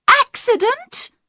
Accident